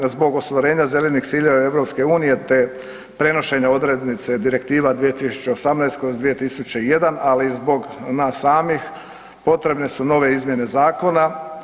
Zbog ostvarenja zelenih ciljeva EU te prenošenja odrednica Direktiva 2018/2001 ali i zbog nas samih potrebne su nove izmjene zakona.